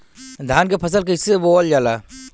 धान क फसल कईसे बोवल जाला?